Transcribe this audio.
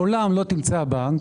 לעולם לא תמצא בנק